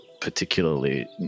particularly